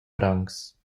francs